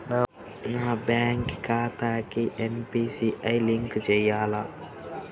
నా బ్యాంక్ ఖాతాకి NPCI link చేయాలా?